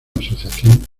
asociación